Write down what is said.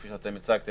כפי שהצגתם,